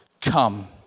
come